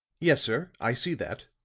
yes, sir, i see that.